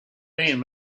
ian